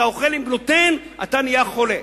אתה אוכל עם גלוטן, אתה נהיה חולה.